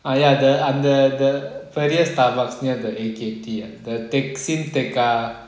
ah ya the அந்த அந்த:antha antha the பெரிய:periya Starbucks ya the under the funniest Starbucks near the equity at the tech scene tekka